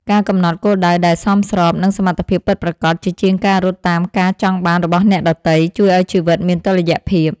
ការកំណត់គោលដៅដែលសមស្របនឹងសមត្ថភាពពិតប្រាកដ ជាជាងការរត់តាមការចង់បានរបស់អ្នកដទៃ ជួយឱ្យជីវិតមានតុល្យភាព។